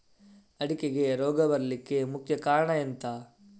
ಅಡಿಕೆಗೆ ರೋಗ ಬರ್ಲಿಕ್ಕೆ ಮುಖ್ಯ ಕಾರಣ ಎಂಥ?